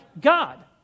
God